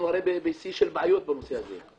אנחנו הרי בשיא של בעיות בנושא הזה.